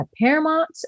paramount